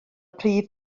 prif